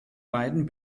beiden